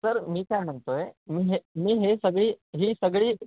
sir मी काय म्हणतो आहे मी हे मी हे सगळी ही सगळी